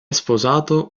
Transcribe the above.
sposato